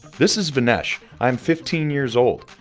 this is vignesh. i am fifteen years old.